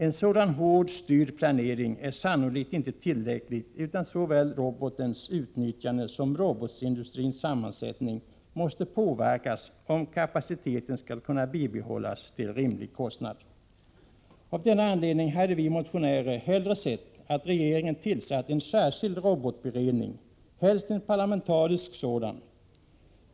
En sådan hårt styrd planering är sannolikt inte tillräcklig, utan såväl robotens utnyttjande som robotindustrins sammansättning måste påverkas, om kapaciteten skall kunna bibehållas till en rimlig kostnad. Av denna anledning hade vi motionärer hellre sett att regeringen tillsatt en särskild ”robotberedning”, helst en parlamentarisk sådan.